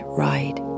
ride